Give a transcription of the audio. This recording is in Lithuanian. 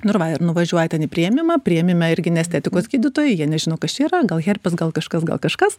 nu ir va ir nuvažiuoja ten į priėmimą priėmime irgi ne estetikos gydytojai jie nežino kas čia yra gal herpes gal kažkas gal kažkas